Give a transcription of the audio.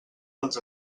dels